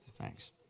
Thanks